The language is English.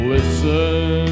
Listen